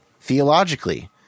theologically